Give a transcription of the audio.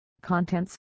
contents